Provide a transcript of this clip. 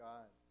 God